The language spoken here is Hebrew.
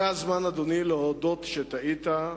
זה הזמן, אדוני, להודות שטעית.